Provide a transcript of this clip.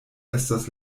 estas